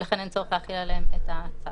ולכן אין צורך להחיל עליהם את הצו.